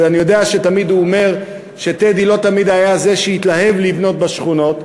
ואני יודע שתמיד הוא אומר שטדי לא תמיד היה זה שהתלהב לבנות בשכונות,